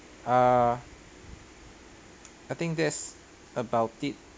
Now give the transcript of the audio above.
err I think that's about it